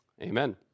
Amen